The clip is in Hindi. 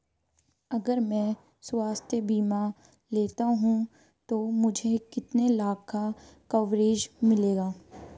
अगर मैं स्वास्थ्य बीमा लेता हूं तो मुझे कितने लाख का कवरेज मिलेगा?